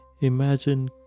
imagine